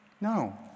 No